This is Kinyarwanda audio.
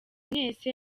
mwese